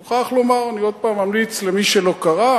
אני מוכרח לומר שאני עוד פעם ממליץ למי שלא קרא,